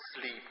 sleep